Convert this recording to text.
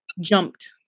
Jumped